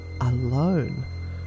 alone